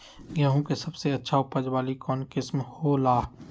गेंहू के सबसे अच्छा उपज वाली कौन किस्म हो ला?